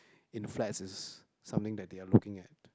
in flats is something that they are looking at